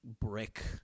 brick